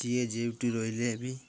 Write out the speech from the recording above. ଯିଏ ଯେଉଁଟି ରହିଲେ ବି